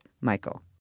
Michael